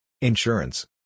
Insurance